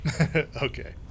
Okay